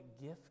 gift